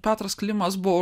petras klimas buvo